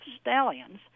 stallions